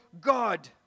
God